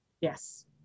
yes